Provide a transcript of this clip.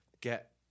get